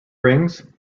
rings